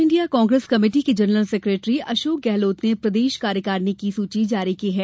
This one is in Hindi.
आल इंडिया कांग्रेस कमेटी के जनरल सेकेट्री अशोक गेहलोत प्रदेश कार्यकारिणी की सूची जारी की है